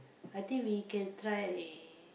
I think we can try